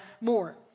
more